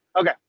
okay